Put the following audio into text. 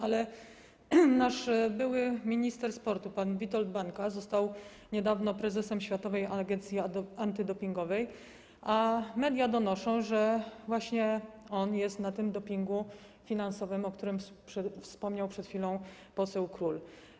Ale nasz były minister sportu pan Witold Bańka został niedawno prezesem Światowej Agencji Antydopingowej, a media donoszą, że właśnie on jest na tym dopingu finansowym, o którym wspomniał przed chwilą poseł Król.